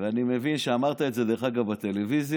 ואני מבין שאמרת את זה, דרך אגב, בטלוויזיה.